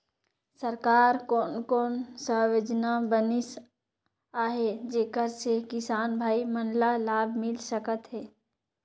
सरकार कोन कोन सा योजना बनिस आहाय जेकर से किसान भाई मन ला लाभ मिल सकथ हे?